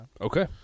Okay